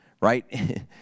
right